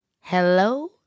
Hello